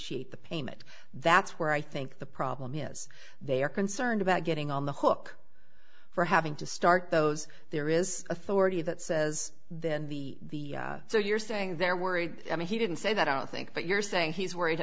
initiate the payment that's where i think the problem is they are concerned about getting on the hook for having to start those there is authority that says then the so you're saying they're worried i mean he didn't say that i don't think but you're saying he's worried